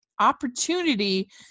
opportunity